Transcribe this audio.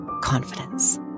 confidence